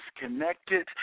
disconnected